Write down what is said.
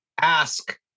ask